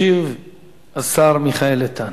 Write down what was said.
ישיב השר מיכאל איתן.